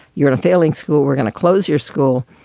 you're in a failing school. we're gonna close your school.